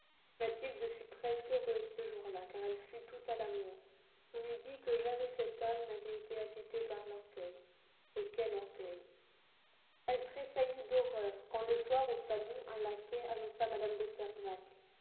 mathilde fut presque heureuse ce jour-là car elle fut toute à l'amour on eût dit que jamais cette âme n'avait été agitée par l'orgueil et quel orgueil elle tressaillit d'horreur quand le soir au salon un laquais annonça mme de fervaques